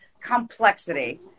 complexity